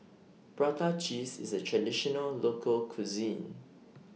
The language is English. Prata Cheese IS A Traditional Local Cuisine